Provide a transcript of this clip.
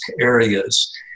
areas